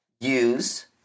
use